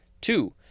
Two